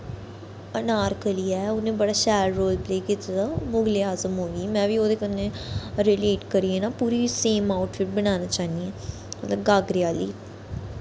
अनारकली ऐ उ'नें बड़ा शैल रोल प्ले कीते दा मुगलेआजम मूवी च में बी ओह्दे कन्नै रिलेट करियै ना पूरी सेम आउटफिट्ट बनाना चाह्न्नी आं मतलब गागरे आह्ली